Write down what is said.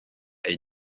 est